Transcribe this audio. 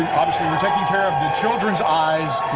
taking care of your children's eyes.